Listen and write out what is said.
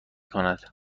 کند